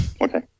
okay